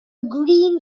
green